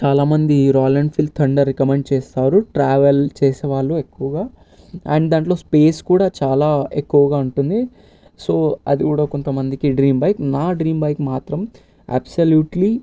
చాలామంది Royal Enfield Thunder recommend చేస్తారు travel చేసే వాళ్ళు ఎక్కువగా అండ్ దాంట్లో స్పేస్ కూడా చాలా ఎక్కువగా ఉంటుంది సో అది కూడా కొంతమందికి డ్రీమ్ బైక్ నా డ్రీమ్ బైక్ మాత్రం అబ్సల్యూట్లి